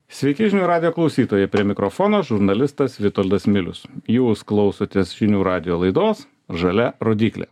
sveiki žinių radijo klausytojai prie mikrofono žurnalistas vitoldas milius jūs klausotės žinių radijo laidos žalia rodyklė